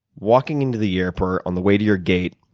walking into the airport on the way to your gate,